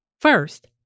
First